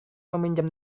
meminjam